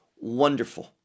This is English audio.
wonderful